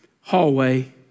hallway